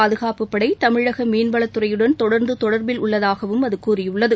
பாதகாப்புப்படை தமிழக மீன்வளத்துறையுடன் தொடர்ந்து தொடர்பில் உள்ளதாகவும் அது கடலோர கூறியுள்ளது